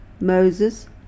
Moses